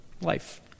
life